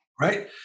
Right